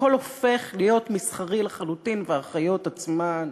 הכול הופך להיות מסחרי לחלוטין, והאחיות עצמן,